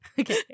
Okay